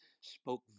spoke